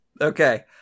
Okay